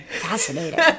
Fascinating